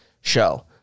Show